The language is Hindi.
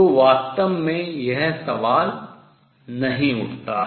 तो वास्तव में यह सवाल नहीं उठता है